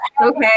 okay